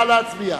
נא להצביע.